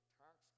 tax